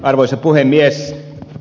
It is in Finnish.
arvoisa puhemies